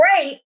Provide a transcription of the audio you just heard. great